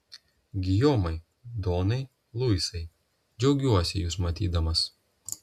gijomai donai luisai džiaugiuosi jus matydamas